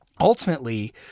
Ultimately